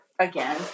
Again